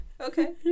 okay